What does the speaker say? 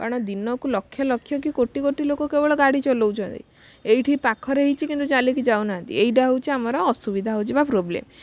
କାରଣ ଦିନକୁ ଲକ୍ଷ ଲକ୍ଷ କି କୋଟି କୋଟି ଲୋକ କେବଳ ଗାଡ଼ି ଚଲାଉଛନ୍ତି ଏଇଠି ପାଖରେ ହେଇଛି କିନ୍ତୁ ଚାଲିକି ଯାଉ ନାହାଁନ୍ତି ଏଇଟା ହେଉଛି ଆମର ଅସୁବିଧା ହେଉଛି ବା ପ୍ରବ୍ଲମ